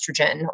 estrogen